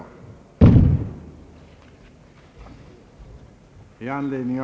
Herr talman!